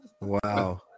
Wow